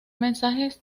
mensajes